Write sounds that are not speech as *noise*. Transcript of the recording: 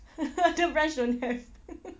*laughs* other branch don't have *laughs*